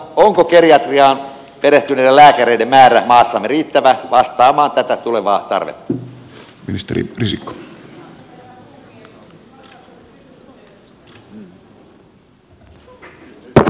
onko geriatriaan perehtyneiden lääkäreiden määrä maassamme riittävä vastaamaan tätä tulevaa tarvetta